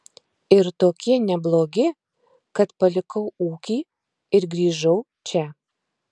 ir tokie neblogi kad palikau ūkį ir grįžau čia